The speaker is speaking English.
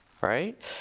Right